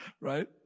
Right